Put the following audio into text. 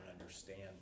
understand